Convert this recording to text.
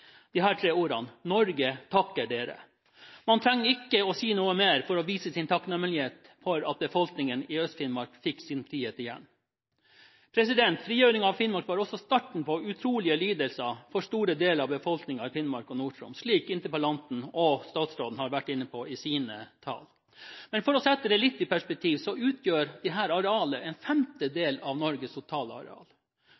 tre ordene: Norge takker dere. Man trenger ikke si noe mer for å vise sin takknemlighet for at befolkningen i Øst-Finnmark fikk sin frihet igjen. Frigjøringen av Finnmark var også starten på utrolige lidelser for store deler av befolkningen i Finnmark og Nord-Troms, slik interpellanten og statsråden har vært inne på i sine innlegg. For å sette det litt i perspektiv utgjør dette arealet en femtedel av Norges totale areal.